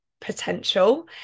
potential